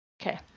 Okay